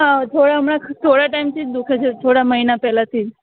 હા થોડા હમણાં થોડા ટાઇમથી જ દુઃખે છે થોડા મહિના પહેલાંથી જ